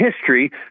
history